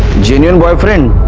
genuine boyfriend